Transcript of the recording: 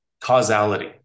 causality